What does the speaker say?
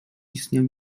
istniał